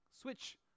Switch